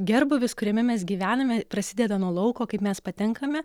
gerbūvis kuriame mes gyvename prasideda nuo lauko kaip mes patenkame